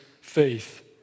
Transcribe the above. faith